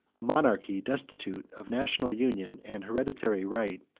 a monarchy destitute of national union, and hereditary right,